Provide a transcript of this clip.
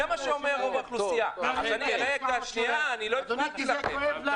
אני מדבר מדם ליבי.